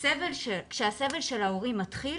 כשהסבל של ההורים מתחיל,